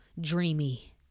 dreamy